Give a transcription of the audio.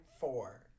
four